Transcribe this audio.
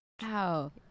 Wow